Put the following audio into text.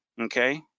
okay